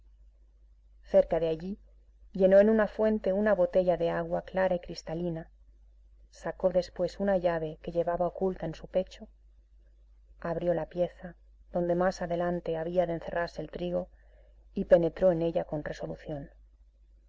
cerca de allí llenó en una fuente una botella de agua clara y cristalina sacó después una llave que llevaba oculta en su pecho abrió la pieza donde más adelante había de encerrarse el trigo y penetró en ella con resolución